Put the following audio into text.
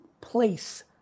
place